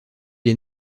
est